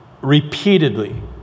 repeatedly